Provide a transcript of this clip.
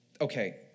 Okay